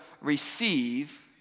receive